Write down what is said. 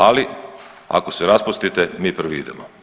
Ali ako se raspustite mi prvi idemo.